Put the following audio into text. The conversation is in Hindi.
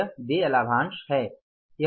यह देय लाभांश है